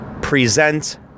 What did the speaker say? present